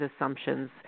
assumptions